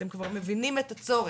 אתם כבר מבינים את הצורך,